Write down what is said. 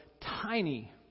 tiny